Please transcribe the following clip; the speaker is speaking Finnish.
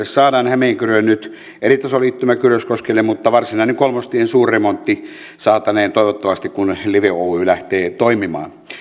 saadaan hämeenkyröön nyt eritasoliittymä kyröskoskelle mutta varsinainen kolmostien suurremontti saataneen toivottavasti kun live oy lähtee toimimaan